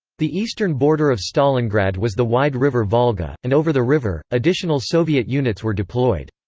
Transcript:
the eastern border of stalingrad was the wide river volga, and over the river, additional soviet units were deployed.